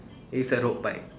it's a road bike